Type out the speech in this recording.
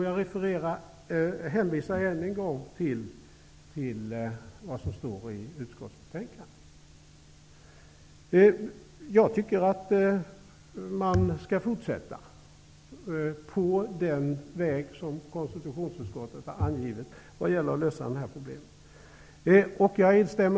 Jag hänvisar än en gång till vad som står i utskottsbetänkandet, och jag tycker att man skall fortsätta på den väg som konstitutionsutskottet har angivit för att lösa problemet.